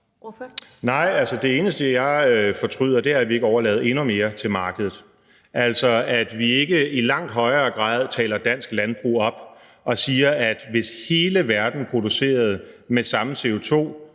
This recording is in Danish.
Nej, det eneste, jeg fortryder, er, at vi ikke overlader endnu mere til markedet – altså at vi ikke i langt højere grad taler dansk landbrug op og siger, at hvis hele verden producerede med samme CO2-